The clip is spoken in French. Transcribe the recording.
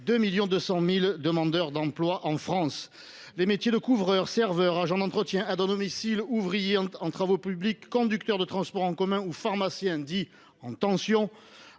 2,2 millions de demandeurs d’emploi en France. Les métiers de couvreur, de serveur, d’agent d’entretien, d’aide à domicile, d’ouvrier en travaux publics, de conducteur de transports en commun ou de pharmacien, qui sont dits en tension,